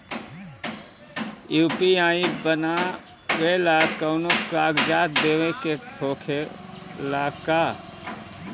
UPI बनावेला कौनो कागजात देवे के होखेला का?